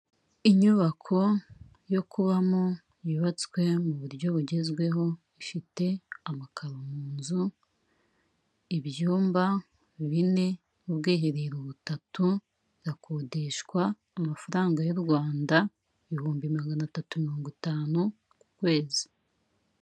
Inyubako yo kubamo yubatswe muburyo bugezweho, ifite amakaro mu nzu, ibyumba bine, ubwiherero butatu, irakodeshwa amafaranga y'u Rwanda, ibihumbi magana atatu mirongo itanu ku kwezi.